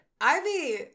Ivy